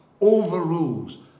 overrules